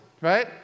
right